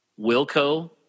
Wilco